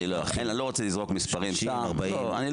אני לא רוצה לזרוק מספרים סתם.